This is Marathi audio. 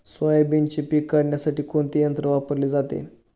सोयाबीनचे पीक काढण्यासाठी कोणते यंत्र वापरले जाते?